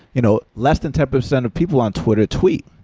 you know less than ten percent of people on twitter tweet.